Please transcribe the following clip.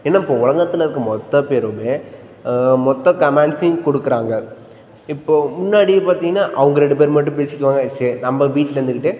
ஏன்னா இப்போது உலகத்தில் இருக்க மொத்த பேருமே மொத்த கமெண்ட்ஸையும் கொடுக்குறாங்க இப்போது முன்னாடி பார்த்தீங்கன்னா அவங்க ரெண்டு பேரும் மட்டும் பேசிக்குவாங்க சரி நம்ம வீட்டில் இருந்துக்கிட்டே